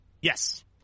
Yes